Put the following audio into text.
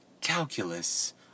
Calculus